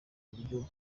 buryo